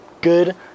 good